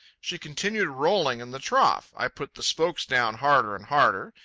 she continued rolling in the trough. i put the spokes down harder and harder.